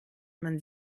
man